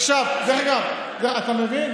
נכון, אתה מבין?